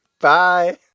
Bye